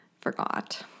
forgot